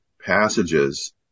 passages